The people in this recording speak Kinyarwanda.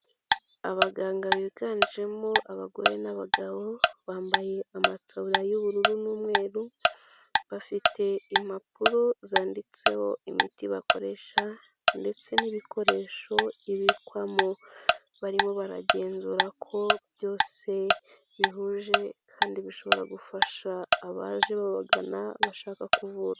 Abaganga biganjemo abagore n'abagabo, bambaye amataburiya y'ubururu n'umweru, bafite impapuro zanditseho imiti bakoresha ndetse n'ibikoresho ibikwamo, barimo baragenzura ko byose bihuje kandi bishobora gufasha abaje babagana, bashaka kuvurwa.